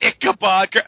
Ichabod